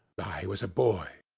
i was a boy,